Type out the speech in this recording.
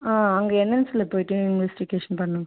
ஆ அங்கே என்எல்சியில போய்விட்டு இன்வெஸ்டிகேஷன் பண்ணனும்